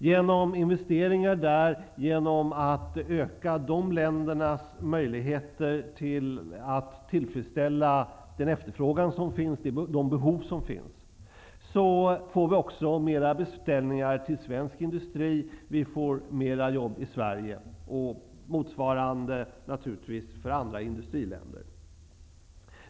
Genom investeringar där och genom att öka de ländernas möjligheter att möta den efterfrågan och tillfredsställa de behov som finns blir det fler beställningar till svensk industri. Det blir fler jobb i Sverige. Motsvarande gäller naturligtvis för andra industriländer.